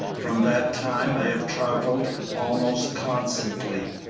from that time i have travelled almost constantly.